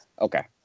Okay